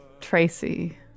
Tracy